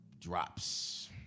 drops